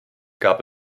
gab